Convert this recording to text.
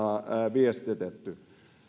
viestitetty